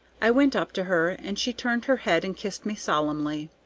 i went up to her, and she turned her head and kissed me solemnly.